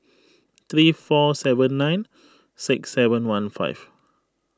three four seven nine six seven one five